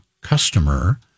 customer